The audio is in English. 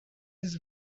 his